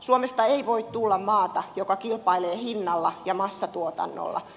suomesta ei voi tulla maata joka kilpailee hinnalla ja massatuotannolla